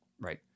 Right